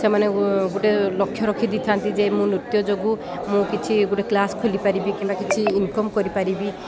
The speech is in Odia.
ସେମାନେ ଗୋଟେ ଲକ୍ଷ୍ୟ ରଖିଦେଇଥାନ୍ତି ଯେ ମୁଁ ନୃତ୍ୟ ଯୋଗୁଁ ମୁଁ କିଛି ଗୋଟେ କ୍ଲାସ୍ ଖୋଲିପାରିବି କିମ୍ବା କିଛି ଇନକମ୍ କରିପାରିବି